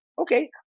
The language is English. okay